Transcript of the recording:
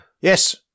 Yes